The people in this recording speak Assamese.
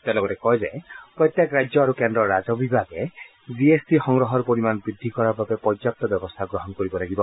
তেওঁ লগতে কয় যে প্ৰত্যেক ৰাজ্য আৰু কেন্দ্ৰৰ ৰাজহ বিভাগে জি এছ টি সংগ্ৰহৰ পৰিমাণ বৃদ্ধি কৰাৰ বাবে পৰ্যাপ্ত ব্যৱস্থা গ্ৰহণ কৰিব লাগিব